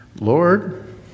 Lord